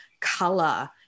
color